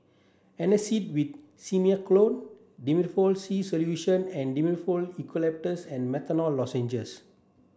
Antacid with Simethicone Difflam C Solution and Difflam Eucalyptus and Menthol Lozenges